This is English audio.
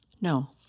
No